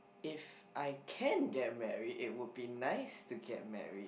if I can get married it would be nice to get married